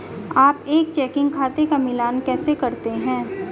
आप एक चेकिंग खाते का मिलान कैसे करते हैं?